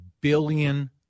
billion